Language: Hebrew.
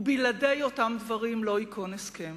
ובלעדי אותם דברים לא ייכון הסכם.